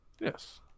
Yes